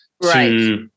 Right